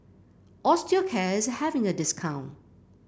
Osteocare is having a discount